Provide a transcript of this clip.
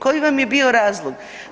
Koji vam je bio razlog?